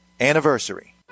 anniversary